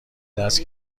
دست